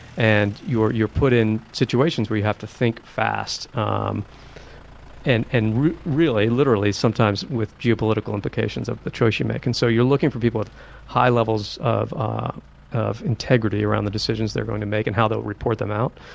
and you're you're put in situations where you have to think fast. um and and really, literally sometimes with geopolitical implications of the choice you make. and so you're looking for people with high levels of ah of integrity around the decisions they're going to make and how they'll report them out.